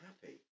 happy